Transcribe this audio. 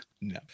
No